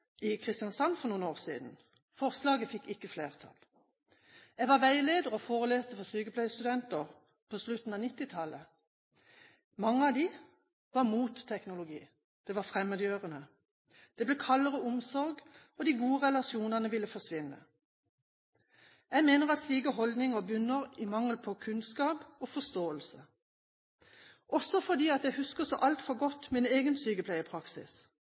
i Kristiansand for noen år siden. Forslaget fikk ikke flertall. Jeg var veileder og foreleste for sykepleiestudenter på slutten av 1990-tallet. Mange av dem var mot teknologi: Det var fremmedgjørende, det ble kaldere omsorg, og de gode relasjonene ville forsvinne. Jeg mener at slike holdninger bunner i mangel på kunnskap og forståelse, også fordi jeg husker så altfor godt min egen sykepleiepraksis.